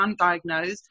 undiagnosed